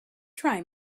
try